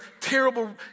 terrible